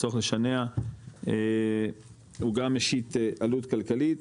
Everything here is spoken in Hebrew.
הצורך לשנע הוא גם משיט עלות כלכלית